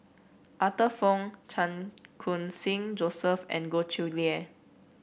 Arthur Fong Chan Khun Sing Joseph and Goh Chiew Lye